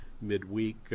midweek